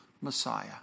Messiah